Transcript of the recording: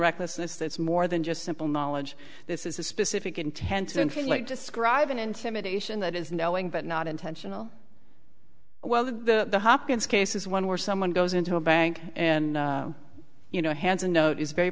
recklessness that's more than just simple knowledge this is a specific intent to inflict describe an intimidation that is knowing but not intentional well the hopkins case is one where someone goes into a bank and you know hands a note is very